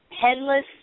headless